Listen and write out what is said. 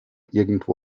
irgendwo